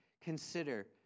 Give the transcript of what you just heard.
consider